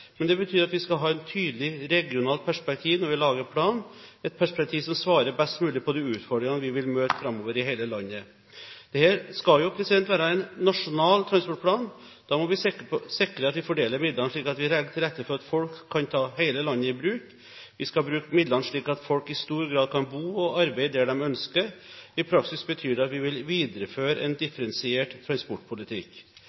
men det betyr at vi skal ha et tydelig regionalt perspektiv når vi lager planen, et perspektiv som svarer best mulig på de utfordringene vi vil møte framover i hele landet. Dette skal jo være en nasjonal transportplan. Da må vi sikre at vi fordeler midlene slik at vi legger til rette for at folk kan ta hele landet i bruk. Vi skal bruke midlene slik at folk i stor grad kan bo og arbeide der de ønsker. I praksis betyr det at vi vil videreføre en